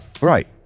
Right